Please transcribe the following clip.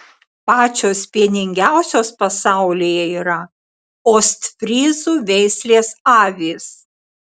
pačios pieningiausios pasaulyje yra ostfryzų veislės avys